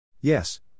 Yes